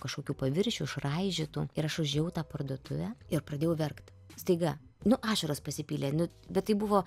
kažkokių paviršių išraižytų ir aš užėjau tą parduotuvę ir pradėjau verkt staiga nu ašaros pasipylė nu bet tai buvo